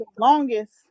longest